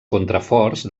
contraforts